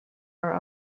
are